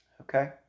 okay